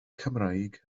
cymraeg